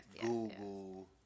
google